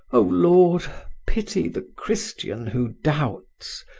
o lord, pity the christian who doubts,